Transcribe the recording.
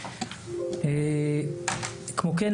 כמו כן,